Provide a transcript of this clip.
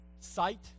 sight